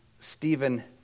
Stephen